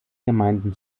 gemeinden